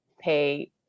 pay